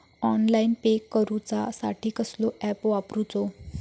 Online pay करूचा साठी कसलो ऍप वापरूचो?